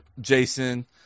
Jason